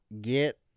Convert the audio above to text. get